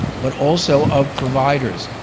but also of providers,